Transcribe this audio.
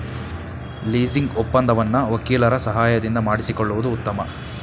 leasing ಒಪ್ಪಂದವನ್ನು ವಕೀಲರ ಸಹಾಯದಿಂದ ಮಾಡಿಸಿಕೊಳ್ಳುವುದು ಉತ್ತಮ